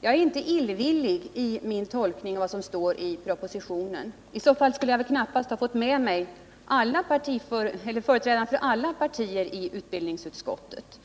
Jag är inte illvillig i min tolkning av vad som står i propositionen. I så fall skulle jag knappast ha fått med mig företrädare för alla partier i utbildningsutskottet.